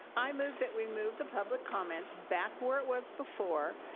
i move that we move the public comments back where it was before,